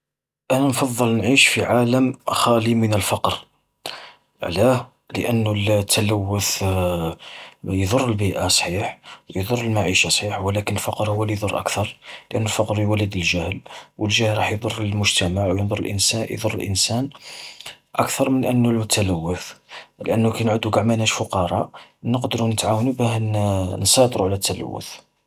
أنا نفضل نعيش في عالم خالي من الفقر. علاه؟ لأنو التلوث يضر البيئة صحيح، يضر المعيشة صحيح، ولكن الفقر هو اللي يضر أكثر. لأن الفقر يولد الجهل، والجهل راح يضر المجتمع، ويضر الإنسا يضر الإنسان، أكثر من أنو التلوث، لأنه كي نعودو قاع ماناش فقاراء، نقدرو نتعاونو باه ن-نسيطرو على التلوث.